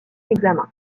examen